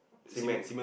cement